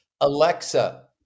Alexa